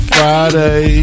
Friday